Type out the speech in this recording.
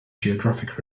geographic